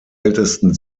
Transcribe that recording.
ältesten